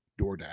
DoorDash